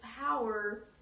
power